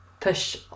Push